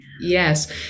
Yes